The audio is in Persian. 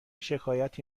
شکایتی